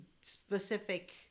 specific